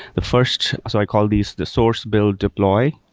the first so i call these the source, build deploy,